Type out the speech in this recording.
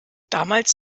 damals